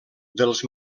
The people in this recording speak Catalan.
dels